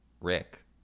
Rick